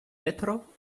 petro